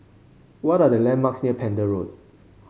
what are the landmarks near Pender Road